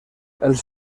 els